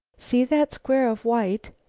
see that square of white?